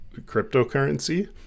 cryptocurrency